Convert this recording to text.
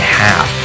half